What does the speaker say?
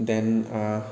then